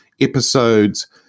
episodes